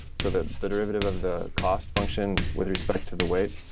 so the the derivative of the cost function with respect to the weight.